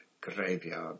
graveyard